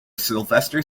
sylvester